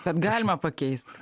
bet galima pakeist